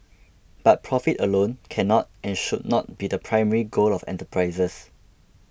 but profit alone cannot and should not be the primary goal of enterprises